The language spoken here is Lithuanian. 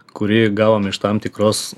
kurį gavom iš tam tikros